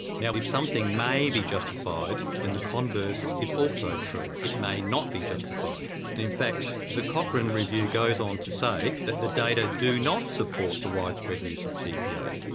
now if something may be justified in the converse it's also true it may not be justified. and in fact the cochrane review goes on to say that the data do not support the widespread use of tpa.